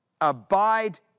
Abide